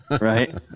Right